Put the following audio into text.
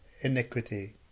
iniquity